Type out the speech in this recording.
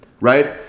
Right